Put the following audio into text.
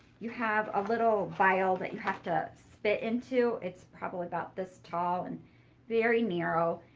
you have a little vile that you have to spit into. it's probably about this tall and very narrow.